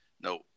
no